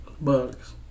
Bucks